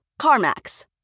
CarMax